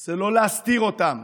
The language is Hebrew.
זה לא להסתיר אותן.